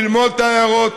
ללמוד את ההערות,